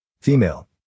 Female